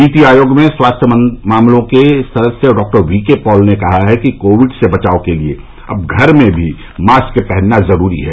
नीति आयोग में स्वास्थ्य मामलों के सदस्य डॉ वीके पॉल ने कहा कि कोविड से बचाव के लिए अब घर में भी मास्क पहनना जरूरी है